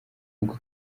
ubwo